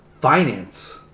Finance